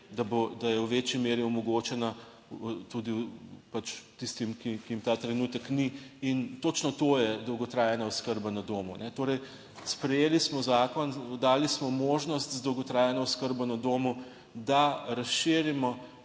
da je v večji meri omogočena tudi pač tistim, ki jim ta trenutek ni in točno to je dolgotrajna oskrba na domu. Torej, sprejeli smo zakon, dali smo možnost za dolgotrajno oskrbo na domu, da razširimo